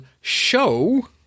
show